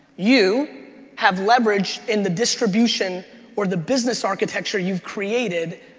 you have leverage in the distribution or the business architecture you've created,